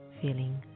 feeling